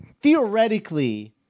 Theoretically